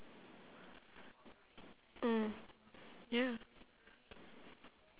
mm ya